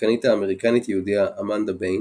השחקנית האמריקנית-יהודייה אמנדה ביינס,